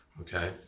Okay